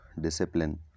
discipline